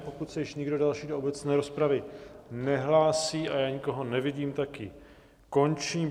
Pokud se již nikdo další do obecné rozpravy nehlásí, a já nikoho nevidím, tak ji končím.